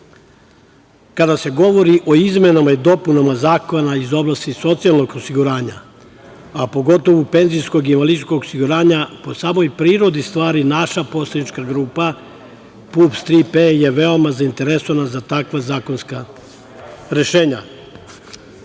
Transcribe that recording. kada se govori o izmenama i dopunama Zakona iz oblasti socijalnog osiguranja, a pogotovo penzijsko i invalidskog osiguranja, po samoj prirodi stvari, naša poslanička grupa PUPS „Tri P“ je veoma zainteresovana za takva rešenja. Sistem